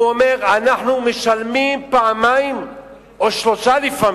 הוא אומר: אנחנו משלמים פעמיים או שלוש פעמים